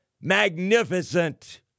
magnificent